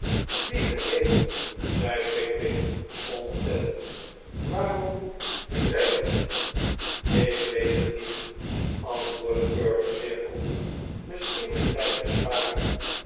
lieve hemel zei pickwick ontzet waarom doen zij dat ik weet het niet antwoordde perker zeer koel misschien om tijd te sparen